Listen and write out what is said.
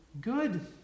good